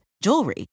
jewelry